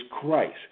Christ